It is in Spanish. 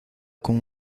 con